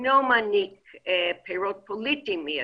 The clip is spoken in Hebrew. אינו מניב פירות פוליטיים מידיים,